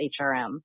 HRM